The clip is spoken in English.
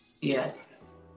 Yes